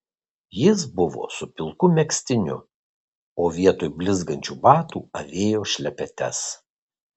jis buvo su pilku megztiniu o vietoj blizgančių batų avėjo šlepetes